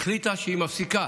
שהיא מפסיקה